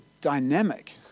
dynamic